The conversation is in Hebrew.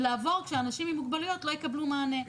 כשאנשים עם מוגבלויות לא יקבלו מענה.